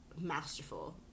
masterful